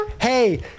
hey